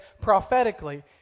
prophetically